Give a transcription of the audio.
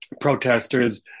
protesters